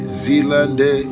zilande